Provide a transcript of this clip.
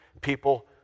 People